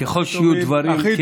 ככל שיהיו דברים כנים ונכונים,